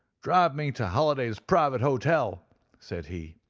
drive me to halliday's private hotel said he.